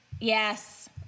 Yes